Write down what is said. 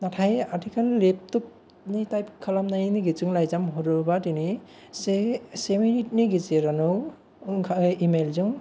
नाथाय आथिखाल लेफथफ थाइफ खालामनायनि जों लाइजाम हरेबा दिनै से से मिनिट नि गेजेरावनो इमेल जों